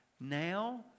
now